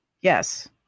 Yes